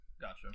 Gotcha